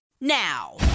now